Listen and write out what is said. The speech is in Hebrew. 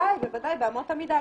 בוודאי, באמות המידה.